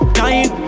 nine